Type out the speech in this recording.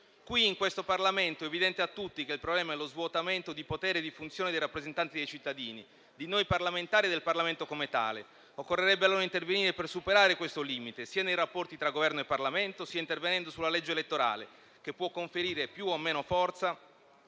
In questo Parlamento è evidente a tutti che il problema è lo svuotamento di poteri e di funzioni dei rappresentanti dei cittadini: di noi parlamentari e del Parlamento come tale. Occorrerebbe allora intervenire per superare questo limite, sia nei rapporti tra Governo e Parlamento, sia intervenendo sulla legge elettorale che può conferire più o meno forza